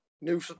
new